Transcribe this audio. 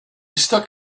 stuck